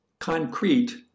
Concrete